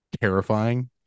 terrifying